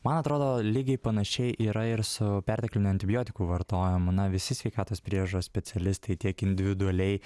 man atrodo lygiai panašiai yra ir su pertekliniu antibiotikų vartojimu na visi sveikatos priežiūros specialistai tiek individualiai